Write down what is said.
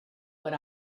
but